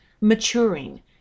maturing